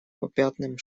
попятным